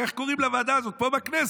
כך קוראים לוועדה הזאת פה בכנסת.